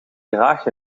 draag